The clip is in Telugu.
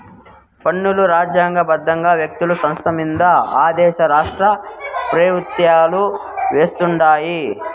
పన్నులు రాజ్యాంగ బద్దంగా వ్యక్తులు, సంస్థలమింద ఆ దేశ రాష్ట్రపెవుత్వాలు వేస్తుండాయి